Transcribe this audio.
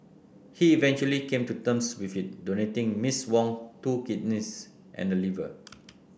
he eventually came to terms with it donating Miss Wong's two kidneys and liver